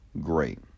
great